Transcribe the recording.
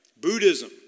Buddhism